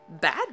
bad